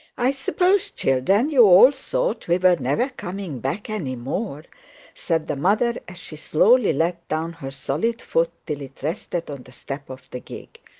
i suppose, children, you all thought we were never coming back any more said the mother, as she slowly let down her solid foot till it rested on the step of the gig.